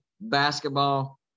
basketball